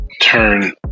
turn